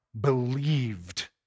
believed